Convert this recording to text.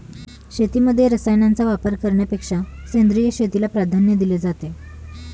शेतीमध्ये रसायनांचा वापर करण्यापेक्षा सेंद्रिय शेतीला प्राधान्य दिले जाते